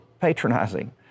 patronizing